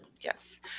Yes